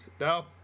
No